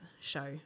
show